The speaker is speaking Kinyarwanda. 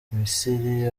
misiri